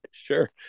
Sure